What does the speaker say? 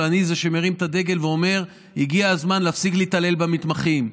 אבל אני זה שמרים את הדגל ואומר: הגיע הזמן להפסיק להתעלל במתמחים.